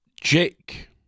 Jake